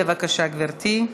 בבקשה, גברתי.